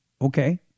okay